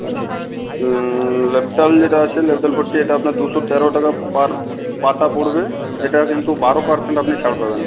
আচ্ছা লেবডাল যেটা আছে লেবডাল ফোর্টি এটা আপনার দুশো তেরো টাকা পার পাতা পড়বে এটার কিন্তু বারো পারসেন্ট আপনি ছাড় পাবেন